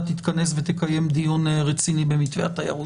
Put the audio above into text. תתכנס ותקיים דיון רציני במתווה התיירות.